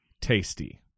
tasty